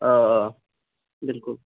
آ آ بِلکُل